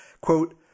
quote